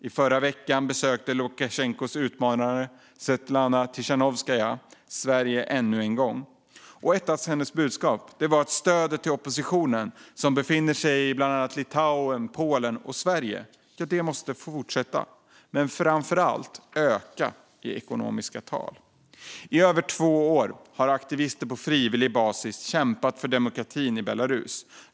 I förra veckan besökte Lukasjenkos utmanare Svetlana Tichanovskaja ännu en gång Sverige. Ett av hennes budskap var att stödet till oppositionen som befinner sig i bland annat Litauen, Polen och Sverige måste fortsätta men framför allt öka i ekonomiska tal. I över två år har aktivister på frivillig basis kämpat för demokratin i Belarus.